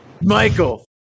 Michael